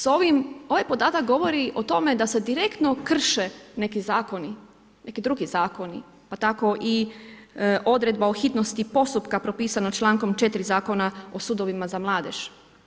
S ovim, ovaj podatak govori o tome da se direktno krše neki zakoni, neki drugi zakoni pa tako i odredba o hitnosti postupka propisano člankom 4. Zakona o sudovima za mladež.